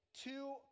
Two